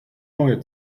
neue